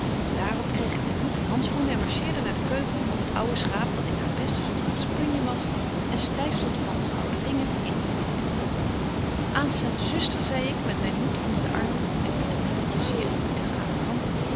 op kreeg ik myn hoed en handschoenen en marcheerde naar de keuken om het ouwe schaap dat in haar beste zondaagsche plunje was en styf stondt van de betje wolff en aagje deken historie van mejuffrouw sara burgerhart gouden ringen in te leiden aanstaande zuster zei ik met myn hoed onder den arm en pieternelletje zeer eerbiedig aan de hand